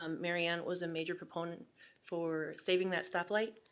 um mary ann was a major proponent for saving that stop light.